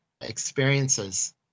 experiences